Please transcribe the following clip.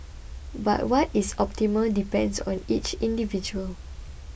but what is optimal depends on each individual